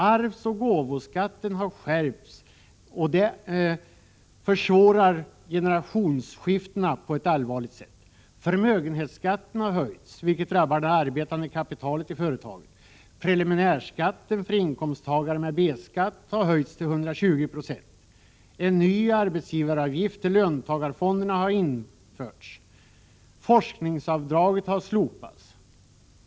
Arvsoch gåvoskatten har skärpts, och det försvårar generationsskiftena på ett allvarligt sätt. Förmögenhetsskatten har höjts, vilket drabbar det arbetande kapitalet i företagen. Preliminärskatten för inkomsttagare med B-skatt har höjts till 120 96. En ny arbetsgivaravgift till löntagarfonderna har införts. Forskningsavdraget har slopats.